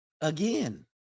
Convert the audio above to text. Again